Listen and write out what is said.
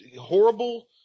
horrible